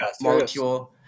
molecule